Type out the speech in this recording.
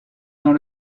dans